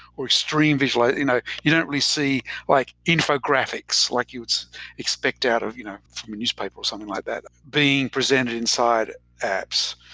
or extreme visual you know you don't really see like infographics like you would expect out of you know from a newspaper or something like that, being presented inside apps.